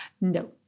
No